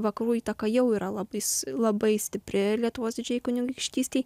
vakarų įtaka jau yra labai labai stipri lietuvos didžiajai kunigaikštystei